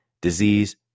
disease